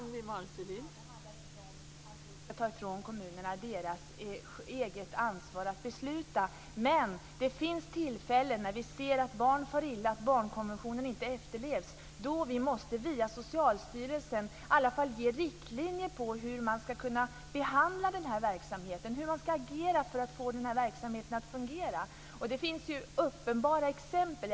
Fru talman! Det handlar inte om att vi ska ta ifrån kommunerna deras eget ansvar att besluta. Men det finns tillfällen när vi ser att barn far illa och att barnkonventionen inte efterlevs då vi via Socialstyrelsen i alla fall måste ge riktlinjer för hur man ska behandla verksamheten och agera för att få verksamheten att fungera. Det finns uppenbara exempel.